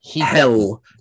hell